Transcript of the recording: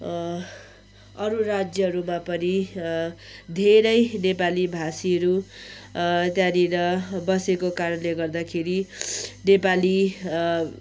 अरू राज्यहरूमा पनि धेरै नेपाली भाषीहरू त्यहाँनिर बसेको कारणले गर्दाखेरि नेपाली